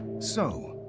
so,